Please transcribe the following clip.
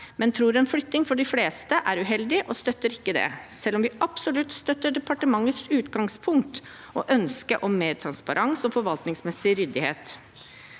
men tror en flytting for de fleste er uheldig og støtter ikke det, selv om vi absolutt støtter departementets utgangspunkt og ønske om mer transparens og forvaltningsmessig ryddighet.